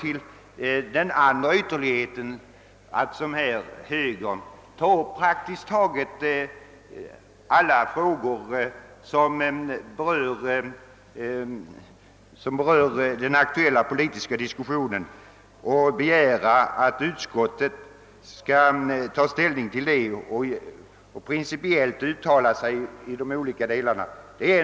Men därifrån är steget långt till att — som högern gör — ta upp praktiskt taget alla frågor som berör den aktuella politiska diskussionen och begära att utskottet skall ta ställning till dessa och göra principiella uttalanden.